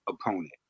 opponent